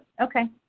Okay